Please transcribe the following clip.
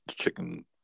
chicken